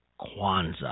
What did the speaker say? Kwanzaa